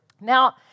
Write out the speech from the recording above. Now